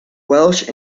welsh